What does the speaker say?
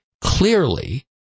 clearly